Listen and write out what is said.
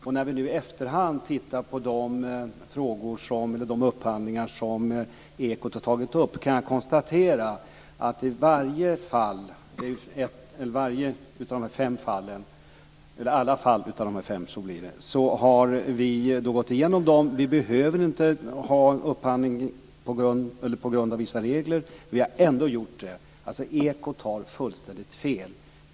Och när vi nu i efterhand har gått igenom samtliga de fem fall av upphandling som Ekot har tagit upp, kan jag konstatera att vi i fråga om dessa inte behöver göra upphandlingen enligt vissa regler men att vi ändå har gjort det. Ekot har alltså fullständigt fel.